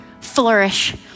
flourish